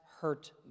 hurt